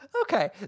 Okay